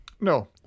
No